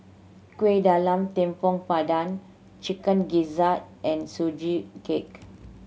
Kuih Talam Tepong Pandan Chicken Gizzard and Sugee Cake